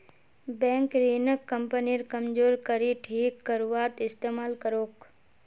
bank ऋणक कंपनीर कमजोर कड़ी ठीक करवात इस्तमाल करोक